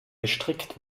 gestrickt